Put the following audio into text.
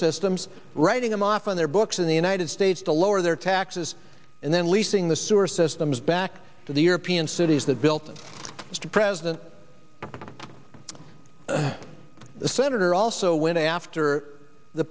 systems writing them off on their books in the united states to lower their taxes and then leasing the sewer systems back to the european cities that built it mr president the senator also went after the